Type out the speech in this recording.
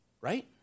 right